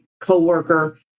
coworker